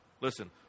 Listen